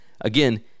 Again